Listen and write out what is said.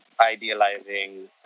idealizing